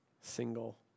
single